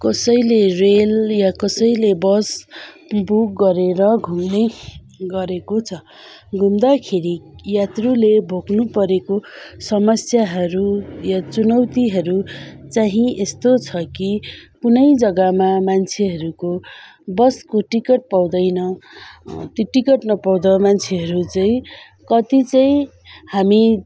कसैले रेल या कसैले बस बुक गरेर घुम्ने गरेको छ घुम्दाखेरि यात्रुले बोक्नु परेको समस्याहरू या चुनौतीहरू चाहिँ यस्तो छ कि कुनै जग्गामा मान्छेहरूको बसको टिकट पाउँदैन टिकट नपाउँदा मान्छेहरू चाहिँ कति चाहिँ हामी